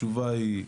התשובה היא: